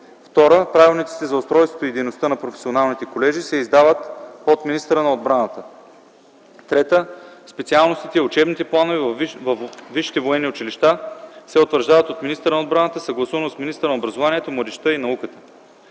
(2) Правилниците за устройството и дейността на професионалните колежи се издават от министъра на отбраната. (3) Специалностите и учебните планове във висшите военни училища се утвърждават от министъра на отбраната, съгласувано с министъра на образованието, младежта и науката.